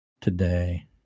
today